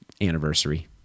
anniversary